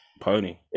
pony